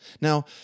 Now